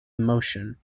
emotion